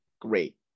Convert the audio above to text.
Great